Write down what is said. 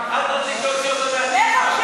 את רצית, לך עכשיו,